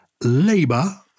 labour